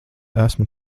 esmu